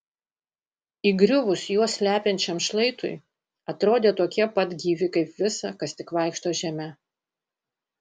įgriuvus juos slepiančiam šlaitui atrodė tokie pat gyvi kaip visa kas tik vaikšto žeme